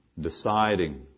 deciding